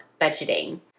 budgeting